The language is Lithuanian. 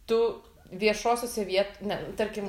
tu viešosiose viet ne tarkim